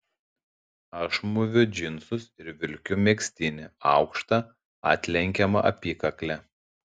aš mūviu džinsus ir vilkiu megztinį aukšta atlenkiama apykakle